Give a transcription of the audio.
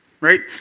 right